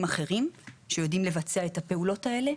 אחרים שיודעים לבצע את הפעולות האלה,